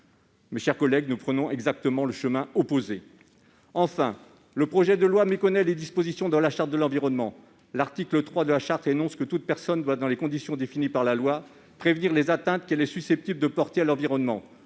Mes chers collègues, nous prenons exactement le chemin opposé ! Enfin, le projet de loi méconnaît les dispositions de la Charte de l'environnement, dont l'article 3 énonce que « toute personne doit, dans les conditions définies par la loi, prévenir les atteintes qu'elle est susceptible de porter à l'environnement